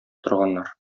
торганнар